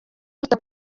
aruta